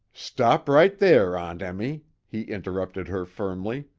stop right there, aunt emmy, he interrupted her firmly.